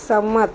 સંમત